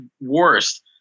worst